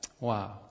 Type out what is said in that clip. wow